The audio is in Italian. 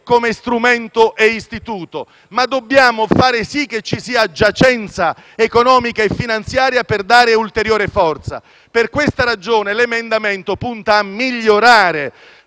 come strumento e istituto, ma dobbiamo fare sì che ci sia giacenza economica e finanziaria per dare ad esso ulteriore forza. Per questa ragione l'emendamento 05.2 punta a migliorare;